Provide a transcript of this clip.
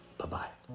Bye-bye